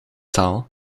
taal